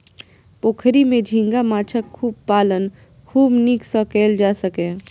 पोखरि मे झींगा माछक पालन खूब नीक सं कैल जा सकैए